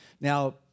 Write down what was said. Now